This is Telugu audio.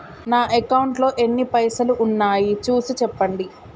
నా అకౌంట్లో ఎన్ని పైసలు ఉన్నాయి చూసి చెప్పండి?